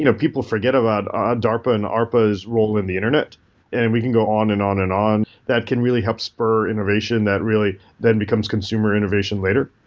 you know people forget about ah darpa and arpas role in the internet and we can go on and on and on. that can really help spur innovation that really then becomes consumer innovation later.